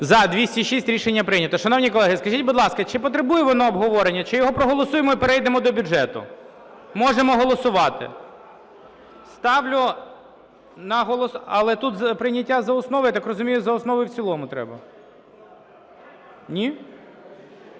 За-206 Рішення прийнято. Шановні колеги, скажіть, будь ласка, чи потребує воно обговорення, чи його проголосуємо і перейдемо до бюджету? Можемо голосувати. Ставлю на голосування… Але тут прийняття за основу, а я так розумію, за основу і в цілому треба. Ні?